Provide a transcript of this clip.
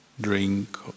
drink